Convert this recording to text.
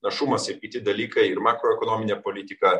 našumas ir kiti dalykai ir makroekonominė politika